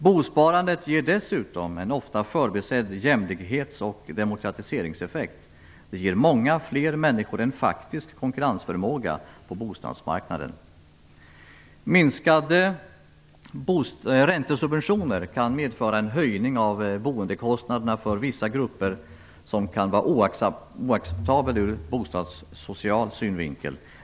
Bosparandet ger dessutom en ofta förbisedd jämlikhets och demokratiseringseffekt. Det ger många fler människor en faktisk konkurrensförmåga på bostadsmarknaden. Minskade räntesubventioner kan medföra en höjning av boendekostnaderna som för vissa grupper kan vara oacceptabel ur bostadssocial synvinkel.